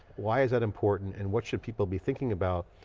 why is that important and what should people be thinking about,